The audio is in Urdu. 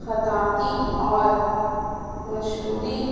خطاتی اور مشہوری